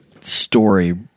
story